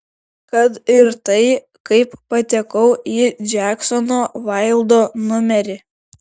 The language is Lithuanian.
kad ir tai kaip patekau į džeksono vaildo numerį